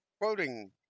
quoting